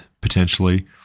potentially